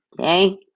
Okay